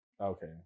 Okay